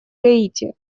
гаити